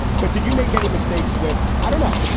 but did you make any mistakes with, i don't know,